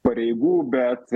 pareigų bet